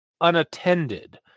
unattended